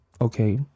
okay